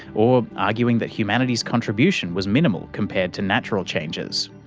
or arguing that humanity's contribution was minimal compared to natural changes.